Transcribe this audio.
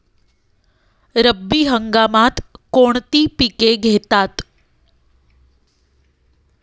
रब्बी हंगामात कोणती पिके घेतात?